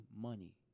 money